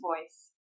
voice